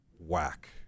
whack